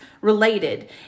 related